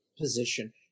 position